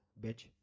bitch